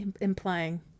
Implying